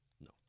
No